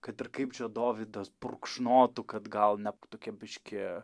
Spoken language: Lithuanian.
kad ir kaip čia dovydas purkšnotų kad gal ne tokia biškį